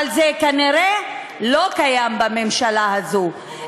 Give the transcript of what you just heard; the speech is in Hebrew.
אבל זה, כנראה, לא קיים בממשלה הזאת.